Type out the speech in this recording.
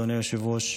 אדוני היושב-ראש.